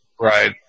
Right